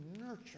nurture